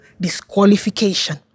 disqualification